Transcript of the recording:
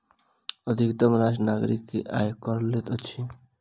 अधितम राष्ट्र नागरिक सॅ आय कर लैत अछि